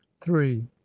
Three